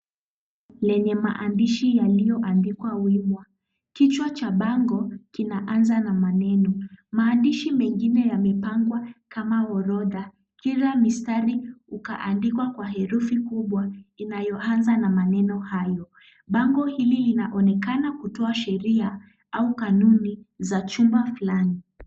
Lenye maandishi yaliyoandikwa wima. Kichwa cha bango kinaanza na maneno. Maandishi mengine yamepangwa kama orodha. Kila mistari ukaandikwa kwa herufi kubwa inayoanza na maneno hayo. Bango hili linaonekana kutoa sheria au kanuni za chumba fulani.